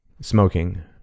Smoking